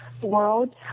world